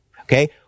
Okay